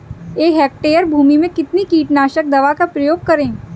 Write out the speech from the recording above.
एक हेक्टेयर भूमि में कितनी कीटनाशक दवा का प्रयोग करें?